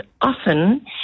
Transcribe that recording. often